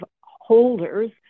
holders